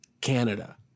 canada